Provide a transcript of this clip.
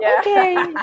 Okay